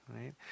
right